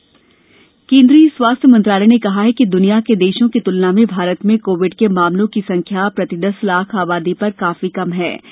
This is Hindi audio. कोरोना देश केन्द्रीय स्वास्थ्य मंत्रालय ने कहा है कि द्निया के देशों की तुलना में भारत में कोविड के मामलों की संख्या प्रति दस लाख आबादी पर काफी केम है